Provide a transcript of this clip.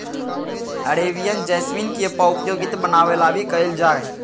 Arabian jasmine के पउपयोग इत्र बनावे ला भी कइल जाहई